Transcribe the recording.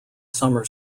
summer